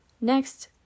Next